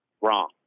wrong